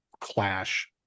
clash